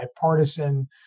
bipartisan